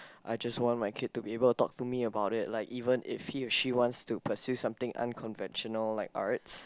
I just want my kid to be able to talk to me about it like even if he or she wants to pursue something unconventional like arts